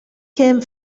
came